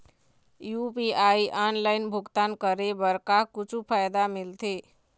UPI online भुगतान करे बर का कुछू फायदा मिलथे?